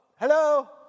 Hello